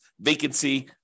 vacancy